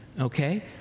okay